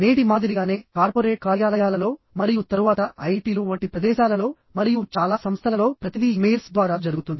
నేటి మాదిరిగానే కార్పొరేట్ కార్యాలయాలలో మరియు తరువాత ఐఐటీలు వంటి ప్రదేశాలలో మరియు చాలా సంస్థలలో ప్రతిదీ ఇమెయిల్స్ ద్వారా జరుగుతుంది